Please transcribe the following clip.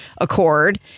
Accord